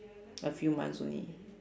a few months only